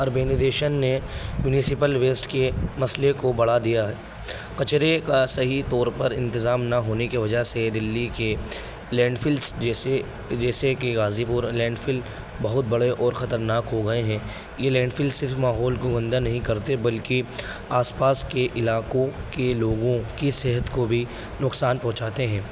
اربندییشن نے municipal waste کے مسئلے کو بڑھا دیا ہے کچرے کا صحیح طور پر انتظام نہ ہونے کی وجہ سے دلی کے لینڈ فلس جیسے جیسے کہ غازی پور لینڈ فل بہت بڑے اور خطرناک ہو گئے ہیں یہ لینڈ فل صرف ماحول کو گندا نہیں کرتے بلکہ آس پاس کے علاقوں کے لوگوں کی صحت کو بھی نقصان پہنچاتے ہیں